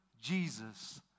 Jesus